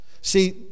See